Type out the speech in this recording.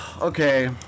okay